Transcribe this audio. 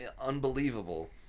unbelievable